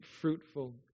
fruitful